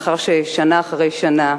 מאחר ששנה אחרי שנה,